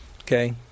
Okay